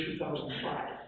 2005